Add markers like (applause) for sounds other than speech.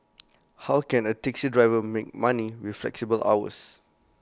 (noise) how can A taxi driver make money with flexible hours